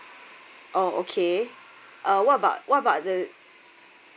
oh okay uh what about what about the